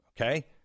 Okay